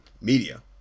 media